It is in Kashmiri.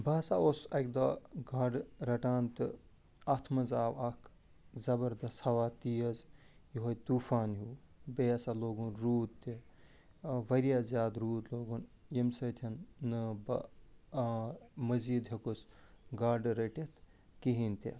بہٕ ہسا اوسُس اَکہِ دۄہ گاڈٕ رٹان تہٕ اتھ منٛز آو اکھ زبردست ہوا تیز یِہوٚے طوفان ہیوٚو بیٚیہِ ہَسا لوگُن روٗد تہِ وارِیاہ زیادٕ روٗد لوگُن ییٚمہِ سۭتۍ نہٕ بہٕ مٔزیٖد ہیوٚکُس گاڈٕ رٔٹِتھ کِہیٖنۍ تہِ